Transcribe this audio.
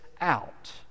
out